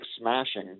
smashing